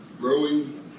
growing